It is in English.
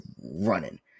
running